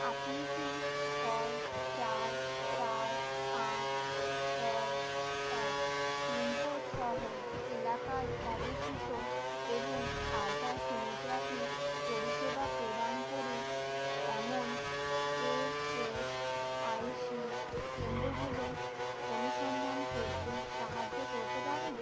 আপনি কি ছয় চার চার পাঁচ ছয় এক পিনকোড সহ এলাকায় অবস্থিত এবং আল্ট্রাসোনোগ্রাফি পরিষেবা প্রদান করে এমন ইএসআইসি কেন্দ্রগুলো অনুসন্ধান করতে সাহায্য করতে পারেন